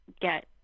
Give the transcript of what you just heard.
get